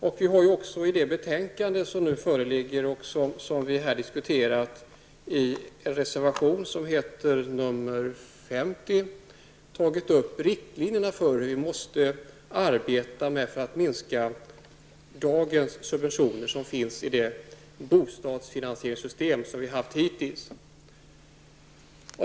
Vi har också i det betänkande som nu föreligger i en reservation, reservation 50, dragit upp riktlinjerna för hur vi måste arbeta för att minska bostadssubventionerna enligt de bostadsfinansieringssystem som vi har haft hittills.